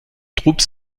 troupes